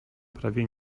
prawie